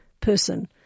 person